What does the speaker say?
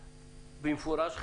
במפורש,